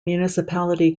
municipality